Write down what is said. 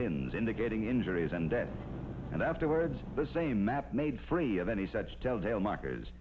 pins indicating injuries and death and afterwards the same map made free of any such telltale markers